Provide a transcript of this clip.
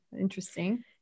interesting